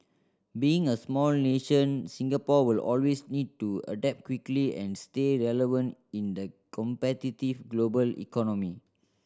being a small nation Singapore will always need to adapt quickly and stay relevant in the competitive global economy